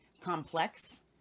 complex